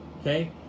Okay